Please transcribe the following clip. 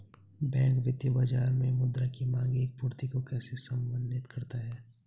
Bank वित्तीय बाजार में मुद्रा की माँग एवं पूर्ति को कैसे समन्वित करता है?